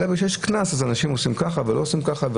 אלא בגלל שיש קנס אז אנשים עושים ככה ולא עושים ככה.